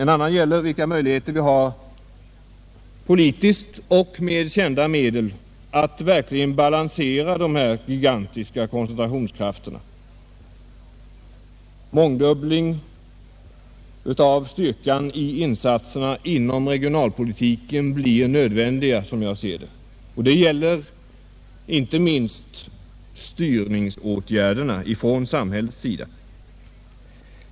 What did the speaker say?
En annan gäller vilka möjligheter vi har att politiskt och med kända medel verkligen balansera de här gigantiska koncentrationskrafterna. Som jag ser det blir en mångdubbling av styrkan i insatserna inom regionalpolitiken nödvändig. Det gäller inte minst styrningsåtgärderna från samhällets sida.